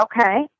Okay